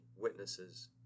witnesses